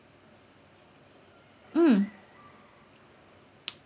um